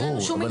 ברור.